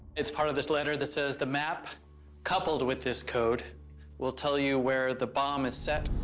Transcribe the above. it's part of this letter that says, the map coupled with this code will tell you where the bomb is set.